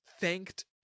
thanked